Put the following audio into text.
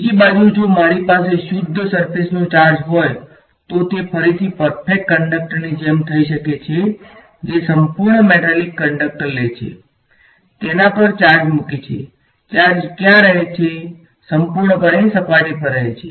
બીજી બાજુ જો મારી પાસે શુદ્ધ સર્ફેસનો ચાર્જ હોય તો તે ફરીથી પરફેક્ટ કંડક્ટરની જેમ થઈ શકે છે જે સંપૂર્ણ મેટાલિક કંડક્ટર લે છે તેના પર ચાર્જ મૂકે છે ચાર્જ ક્યાં રહે છે સંપૂર્ણપણે સપાટી પર રહે છે